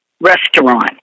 restaurant